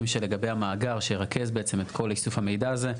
שלגבי המאגר שירכז בעצם את כל איסוף המידע הזה.